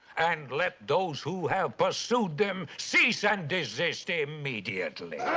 and let those who have pursued them cease and desist immediately.